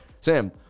sam